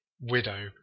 widow